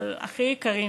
אבל הכי יקרים: